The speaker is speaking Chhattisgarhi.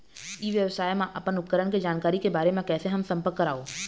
ई व्यवसाय मा अपन उपकरण के जानकारी के बारे मा कैसे हम संपर्क करवो?